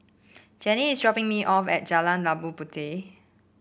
Jenni is dropping me off at Jalan Labu Puteh